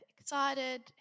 excited